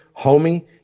homie